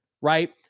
right